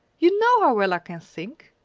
you know how well i can think!